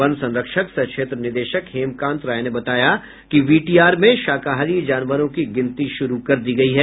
one संरक्षक सह क्षेत्र निदेशक हेमकांत राय ने बताया कि वीटीआर में शाकाहारी जानवरों की गिनती शुरू कर दी गयी है